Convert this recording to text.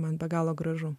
man be galo gražu